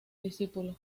discípulos